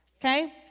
Okay